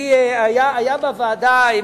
היה בוועדה,